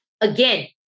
again